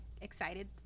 excited